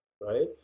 right